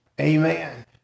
Amen